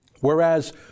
Whereas